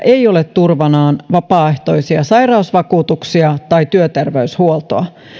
ei ole turvanaan vapaaehtoisia sairausvakuutuksia tai työterveyshuoltoa